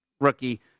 rookie –